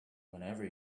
whenever